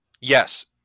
Yes